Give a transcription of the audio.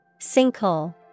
Sinkhole